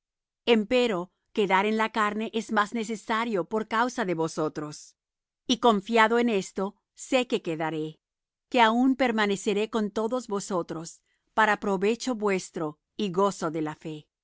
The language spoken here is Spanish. mejor empero quedar en la carne es más necesario por causa de vosotros y confiado en esto sé que quedaré que aun permaneceré con todos vosotros para provecho vuestro y gozo de la fe